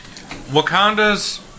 Wakanda's